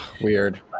Weird